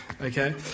okay